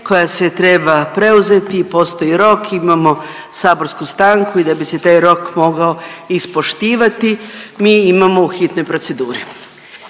koja se treba preuzeti, postoji rok, imamo saborsku stanku i da bi se taj rok mogao ispoštivati mi imamo u hitnoj proceduri.